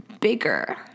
bigger